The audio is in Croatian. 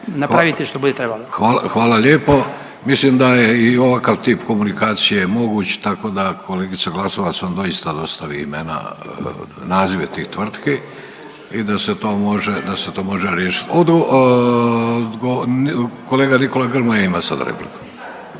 Davorko (Socijaldemokrati)** Hvala lijepo. Mislim da je i ovakav tip komunikacije moguć, tako da, kolegica Glasovac vam doista dostavi imena, nazive tih tvrtki i da se to može, da se to može riješit.